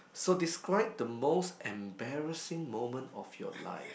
so describe the most embarrassing moment of your life